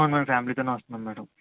మేము ఫ్యామిలీతోనే వస్తున్నాం మేడం